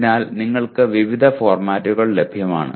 അതിനാൽ നിങ്ങൾക്ക് വിവിധ ഫോർമാറ്റുകൾ ലഭ്യമാണ്